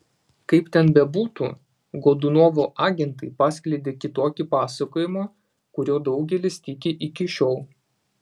kaip ten bebūtų godunovo agentai paskleidė kitokį pasakojimą kuriuo daugelis tiki iki šiol